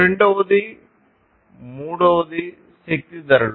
రెండవది మూడవది శక్తి ధరలు